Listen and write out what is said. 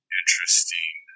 interesting